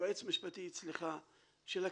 יועץ משפטי אצלך של הכנסת,